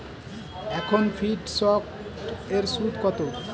এখন ফিকসড এর সুদ কত?